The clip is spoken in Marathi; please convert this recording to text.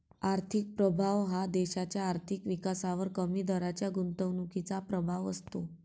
आर्थिक प्रभाव हा देशाच्या आर्थिक विकासावर कमी दराच्या गुंतवणुकीचा प्रभाव असतो